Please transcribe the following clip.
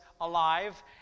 alive